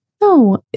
No